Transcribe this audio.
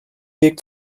weg